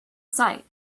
sight